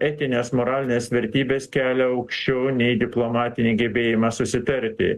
etines moralines vertybes kelia aukščiau nei diplomatinį gebėjimą susitarti